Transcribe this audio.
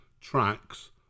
tracks